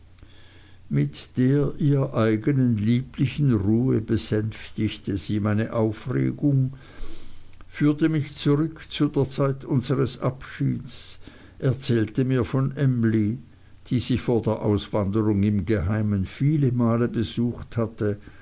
mit der ihr eignen lieblichen ruhe besänftigte sie meine aufregung führte mich zurück zu der zeit unseres abschieds erzählte mir von emly die sie vor der auswanderung im geheimen viele male besucht hatte